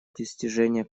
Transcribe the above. достижения